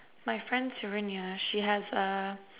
my friend Serenia she has a